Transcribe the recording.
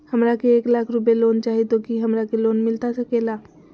हमरा के एक लाख रुपए लोन चाही तो की हमरा के लोन मिलता सकेला?